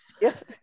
Yes